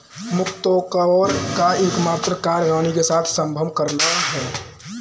मुकत्कोर का एकमात्र कार्य रानी के साथ संभोग करना है